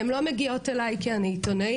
הן לא מגיעות אליי כי אני עיתונאית,